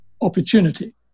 opportunity